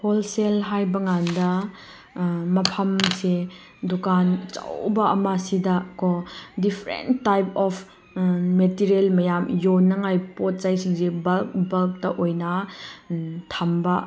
wholesale ꯍꯥꯏꯕꯀꯥꯟꯗ ꯃꯐꯝꯁꯦ ꯗꯨꯀꯥꯟ ꯑꯆꯧꯕ ꯑꯃꯁꯤꯗ ꯀꯣ ꯗꯤꯐꯔꯦꯟ ꯇꯥꯏꯞ ꯑꯣꯐ ꯃꯦꯇꯦꯔꯦꯜ ꯃꯌꯥꯝ ꯌꯣꯟꯅꯉꯥꯏ ꯄꯣꯠ ꯆꯩꯁꯤꯡꯁꯦ ꯕ꯭ꯂꯛ ꯕ꯭ꯂꯛꯇ ꯑꯣꯏꯅ ꯊꯝꯕ